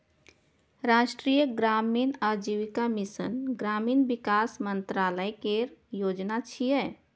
राष्ट्रीय ग्रामीण आजीविका मिशन ग्रामीण विकास मंत्रालय केर योजना छियै